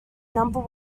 number